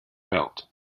belt